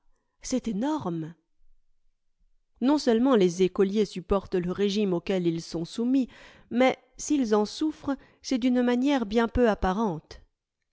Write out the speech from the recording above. c'est énorme non seulement les écoliers supportent le rég'ime auquel ils sont soumis mais s'ils en souffrent c'est d'une manière bien peu apparente